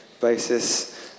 basis